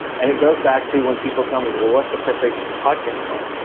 and it goes back to when people tell me, well, what's a perfect podcast length?